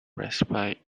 respite